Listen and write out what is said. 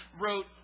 wrote